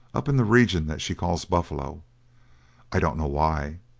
up in the region that she calls buffalo i don't know why,